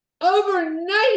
Overnight